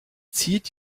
zieht